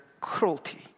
cruelty